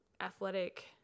athletic